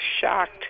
shocked